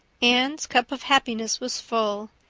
anne's cup of happiness was full,